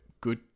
good